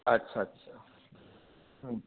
अच्छा अच्छा हँ